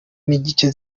n’igice